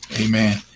amen